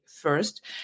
first